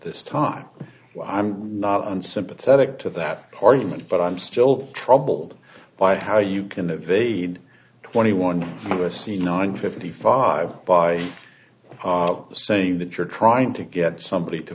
this time i'm not unsympathetic to that argument but i'm still troubled by how you can evade twenty one c nine fifty five by saying that you're trying to get somebody to